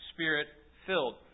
Spirit-filled